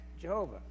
Jehovah